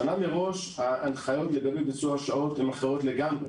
השנה מראש ההנחיות לגבי ביצוע שעות הם אחרות לגמרי.